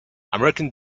american